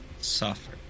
suffer